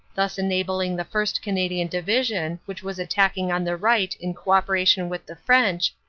thus enabling the first. canadian division, which was attacking on the right in co-operation with the french,